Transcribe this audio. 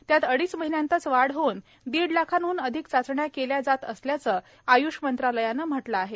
त्यात अडीच महिन्यांतच वाढ होऊन दीड लाखांहन अधिक चाचण्या केल्या जात असल्याचे आय्ष मंत्रालयाने म्हटले आहे